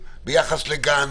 ביחס לגן,